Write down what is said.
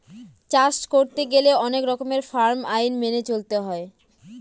চাষ করতে গেলে অনেক রকমের ফার্ম আইন মেনে চলতে হয়